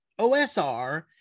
OSR